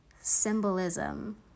symbolism